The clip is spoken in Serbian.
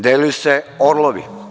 Delili se orlovi.